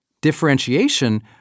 Differentiation